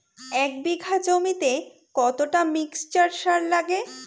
এক বিঘা জমিতে কতটা মিক্সচার সার লাগে?